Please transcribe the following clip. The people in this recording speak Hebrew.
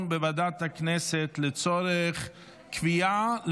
בוועדת הכספים לצורך הכנתה לקריאה השנייה.